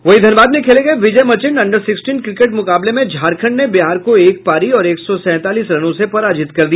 वहीं धनबाद में खेले गये Vijay Merchant under sixteen cricket मुकाबले में झारखण्ड ने बिहार को एक पारी और एक सौ सैंतालीस रनों से पराजित कर दिया